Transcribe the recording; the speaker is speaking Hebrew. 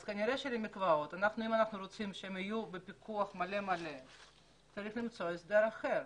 אז אם אנחנו רוצים שהמקוואות יהיו בפיקוח מלא צריך למצוא הסדר אחר.